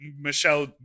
Michelle